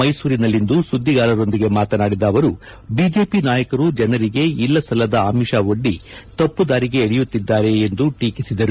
ಮೈಸೂರಿನಲ್ಲಿಂದು ಸುದ್ದಿಗಾರರೊಂದಿಗೆ ಮಾತನಾಡಿದ ಅವರು ಬಿಜೆಪಿ ನಾಯಕರು ಜನರಿಗೆ ಇಲ್ಲ ಸಲ್ಲದ ಆಮಿಷ ಒಡ್ಡಿ ತಪ್ಪುದಾರಿಗೆ ಎಳೆಯುತ್ತಿದ್ದಾರೆ ಎಂದು ಟೀಕಿಸಿದರು